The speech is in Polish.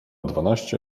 dwanaście